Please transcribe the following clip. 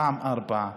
פעם ארבעה,